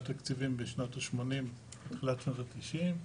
התקציבים בשנות השמונים עד תחילת שנות התשעים.